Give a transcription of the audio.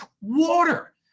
water